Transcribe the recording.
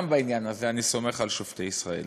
גם בעניין הזה אני סומך על שופטי ישראל.